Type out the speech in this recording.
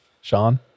Sean